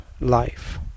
life